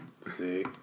see